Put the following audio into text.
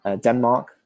Denmark